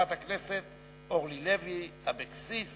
של חברת הכנסת אורלי לוי אבקסיס